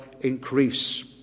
increase